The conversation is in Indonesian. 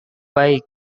baik